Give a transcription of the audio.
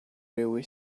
railway